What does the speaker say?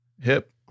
Hip